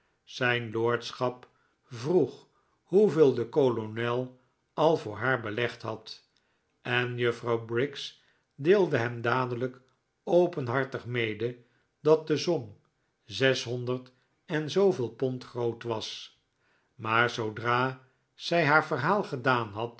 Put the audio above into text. zijn lordschap vroeg hoeveel de kolonel al voor haar belegd had en juffrouw briggs deelde hem dadelijk openhartig mede dat de som zeshonderd en zooveel pond groot was maar zoodra zij haar verhaal gedaan had